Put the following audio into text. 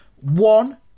One